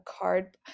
card